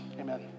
amen